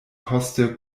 poste